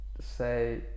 say